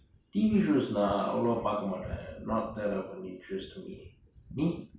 T_V shows அவ்வளவா பாக்கமாட்டேன்:avvalavaa paakamaaten not that of a interest to me நீ:nee